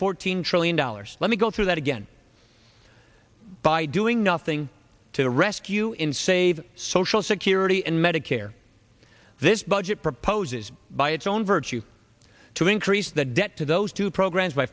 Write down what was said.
fourteen trillion dollars let me go through that again by doing nothing to rescue in save social security and medicare this budget proposes by its own virtue to increase the debt to those two programs by